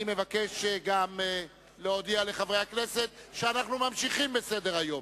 אני מבקש גם להודיע לחברי הכנסת שאנחנו ממשיכים בסדר-היום.